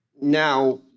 now